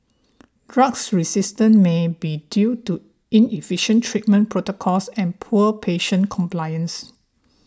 drugs resistance may be due to inefficient treatment protocols and poor patient compliance